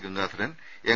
Gangadharan M